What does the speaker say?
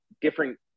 different